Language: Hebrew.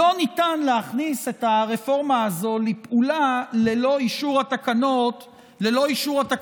לא ניתן להכניס את הרפורמה הזאת לפעולה ללא אישור התקנות בוועדות.